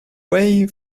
way